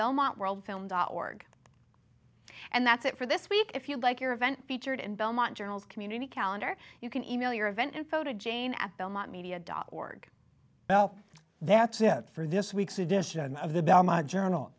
belmont world film dot org and that's it for this week if you like your event featured in belmont journal's community calendar you can e mail your event info to jane at belmont media dot org now that's it for this week's edition of the belmont journal